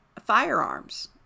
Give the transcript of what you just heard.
firearms